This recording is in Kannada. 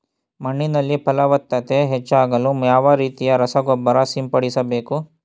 ಮಣ್ಣಿನಲ್ಲಿ ಫಲವತ್ತತೆ ಹೆಚ್ಚಾಗಲು ಯಾವ ರೀತಿಯ ರಸಗೊಬ್ಬರ ಸಿಂಪಡಿಸಬೇಕು?